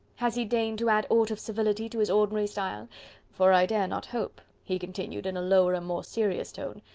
has he deigned to add aught of civility to his ordinary style for i dare not hope, he continued in a lower and more serious tone,